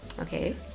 Okay